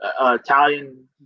Italian